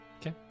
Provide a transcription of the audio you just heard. Okay